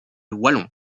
wallon